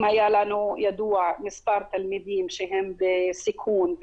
אם היה ידוע לנו מספר תלמידים שהם בסיכון,